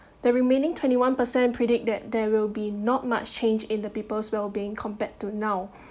the remaining twenty one percent predict that there will be not much change in the people's wellbeing compared to now